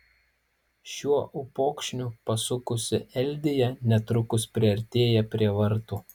šiuo upokšniu pasukusi eldija netrukus priartėja prie vartų